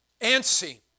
antsy